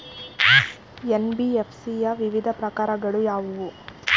NBFC ಯ ವಿವಿಧ ಪ್ರಕಾರಗಳು ಯಾವುವು?